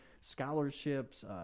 scholarships